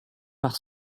par